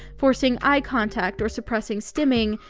forcing eye contact, or suppressing stimming,